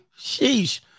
sheesh